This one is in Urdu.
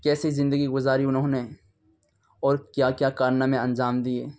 کیسی زندگی گزاری انہوں نے اور کیا کیا کارنامے انجام دیے